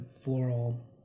floral